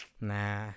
nah